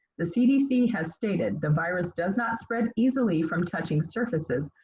the cdc has stated the virus does not spread easily from touching surfaces,